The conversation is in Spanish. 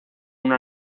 una